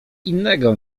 innego